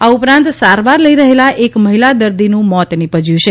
આ ઉપરાંત સારવાર લઈ રહેલા એક મહિલા દર્દીનું મોત નીપજ્યું છે